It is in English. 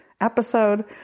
episode